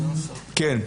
כן?